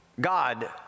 God